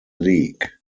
league